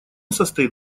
состоит